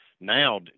now